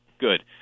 Good